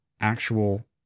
actual